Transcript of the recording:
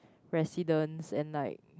presidents and like